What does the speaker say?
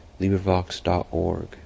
LibriVox.org